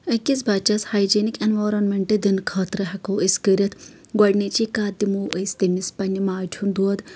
أکِس بَچس hygienic environment دِنہٕ خٲطرٕ ہٮ۪کو أسۍ کٔرِتھ گۄڈٕنِچی کتھ دِمو أسۍ تٔمِس پَنٕنہِ ماجہِ ہُنٛد دۄد